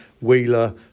Wheeler